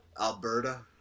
Alberta